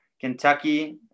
Kentucky